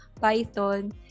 python